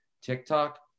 TikTok